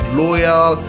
loyal